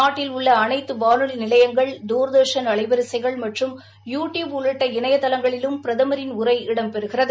நாட்டில் உள்ள அனைத்து வானொலி நிலையங்கள் தூர்தர்ஷன் அலைவரிசைகள் மற்றும் யூ டியூப் உள்ளிட்ட இணையதளங்களிலும் பிரதமரின் உரை இடம் பெறுகிறது